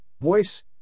voice